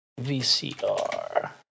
VCR